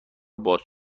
باز